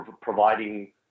providing